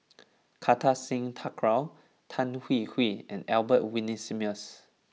Kartar Singh Thakral Tan Hwee Hwee and Albert Winsemius